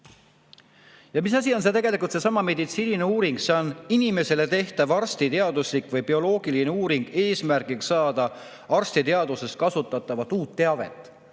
Ja mis asi on tegelikult seesama meditsiiniline uuring? See on inimesele tehtav arstiteaduslik või bioloogiline uuring, eesmärgiks saada arstiteaduses kasutatavat uut teavet.